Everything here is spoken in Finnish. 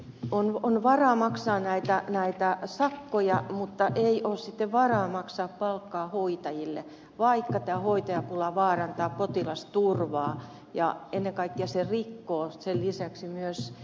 on varaa maksaa näitä sakkoja mutta ei ole sitten varaa maksaa palkkaa hoitajille vaikka tämä hoitajapula vaarantaa potilasturvaa ja ennen kaikkea se rikkoo sen lisäksi myös ihmisyyttä